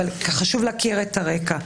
אבל חשוב להכיר את הרקע.